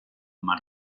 mar